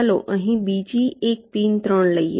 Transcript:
ચાલો અહીં બીજી એક પિન 3 લઈએ